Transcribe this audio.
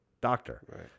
doctor